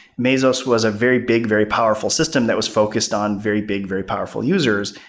mesos was a very big, very powerful system that was focus on very big, very powerful users,